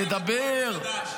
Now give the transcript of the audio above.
נדבר?